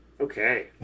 Okay